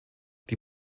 die